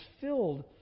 filled